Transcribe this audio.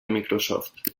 microsoft